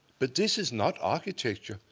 but this is not architecture.